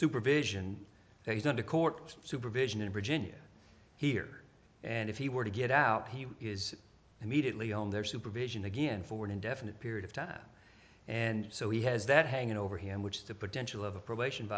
supervision that he's not a court supervision in virginia here and if he were to get out he is immediately on their supervision again for an indefinite period of time and so he has that hanging over him which is the potential of a probation